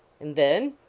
and then?